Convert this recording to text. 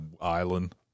island